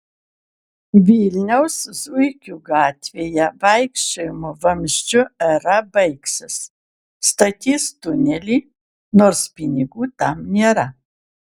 vilniaus zuikių gatvėje vaikščiojimo vamzdžiu era baigsis statys tunelį nors pinigų tam nėra